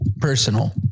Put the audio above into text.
personal